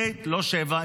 לא 7,